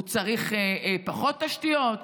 הוא צריך פחות תשתיות?